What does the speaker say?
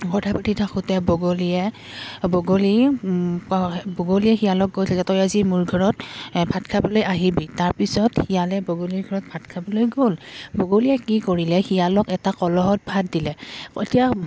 কথা পতি থাকোঁতে বগলীয়ে বগলী বগলীয়ে ক শিয়ালক কৈছে য তই আজি মোৰ ঘৰত ভাত খাবলৈ আহিবি তাৰপিছত শিয়ালে বগলীৰ ঘৰত ভাত খাবলৈ গ'ল বগলীয়ে কি কৰিলে শিয়ালক এটা কলহত ভাত দিলে এতিয়া